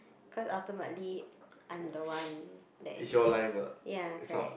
cause ultimately I'm the one that is ya correct